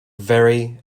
very